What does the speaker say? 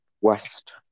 West